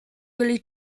really